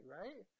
right